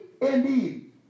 indeed